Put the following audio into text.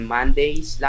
Mondays